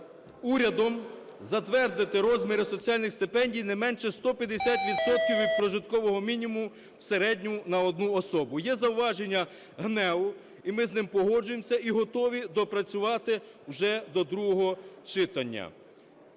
урядом затвердити розміри соціальних стипендій не менше 150 відсотків від прожиткового мінімуму в середньому на 1 особу. Є зауваження ГНЕУ, і ми з ним погоджуємося, і готові доопрацювати вже до другого читання.